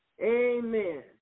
Amen